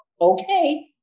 okay